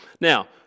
Now